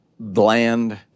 bland